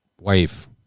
wife